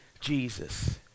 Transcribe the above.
Jesus